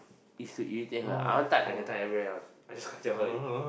it's to irritate her I want touch I can touch everywhere else I just kacau her only